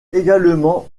également